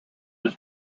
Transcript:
his